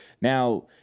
Now